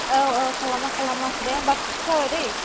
औ औ खालामा खालामा दे होमबा फिक्स जाबाय दै